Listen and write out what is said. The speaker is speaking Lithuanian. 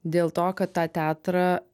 dėl to kad tą teatrą